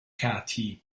katie